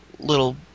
little